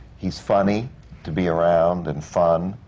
he's funny to be around and fun.